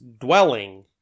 dwelling